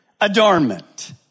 adornment